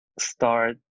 start